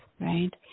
right